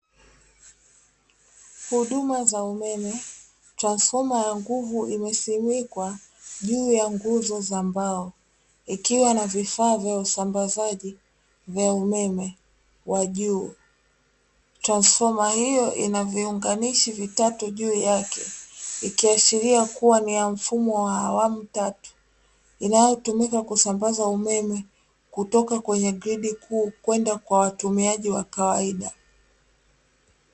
Huduma za umeme. Transfoma ya nguzu imesimikwa juu ya nguzo za mbao, ikiwa na vifaa vya usambazaji vya umeme wa juu. Transfoma hiyo ina viunganishi vitatu juu yake ikiashiria kuwa ni ya mfumo wa awamu tatu, inayotumika kusambaza umeme kutoka kwenye gridi kuu kwenda kwa watumiaji wa kawaida.